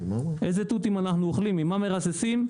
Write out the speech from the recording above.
איזה תותים אנחנו אוכלים ועם מה מרססים.